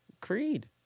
Creed